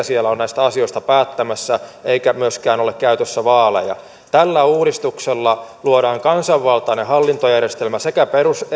siellä ovat näistä asioista päättämässä eikä myöskään ole käytössä vaaleja tällä uudistuksella luodaan kansanvaltainen hallintojärjestelmä sekä